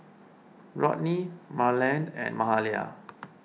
Rodney Marland and Mahalia